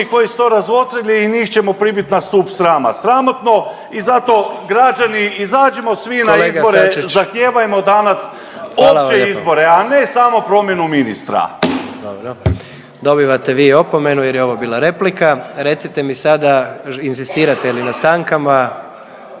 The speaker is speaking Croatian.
koji su to razotkrili njih ćemo pribit na stup srama. Sramotno i zato građani izađimo svi na izbore, zahtijevajmo danas opće izbore, a ne samo promjenu ministra. **Jandroković, Gordan (HDZ)** Dobro. Dobivate vi opomenu, jer je ovo bila replika. Recite mi sada inzistirate li na stankama?